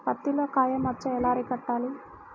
పత్తిలో కాయ మచ్చ ఎలా అరికట్టాలి?